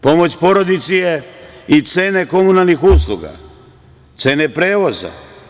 Pomoć porodici je i cene komunalnih usluga, cene prevoza.